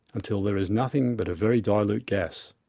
until there is nothing but a very dilute gas.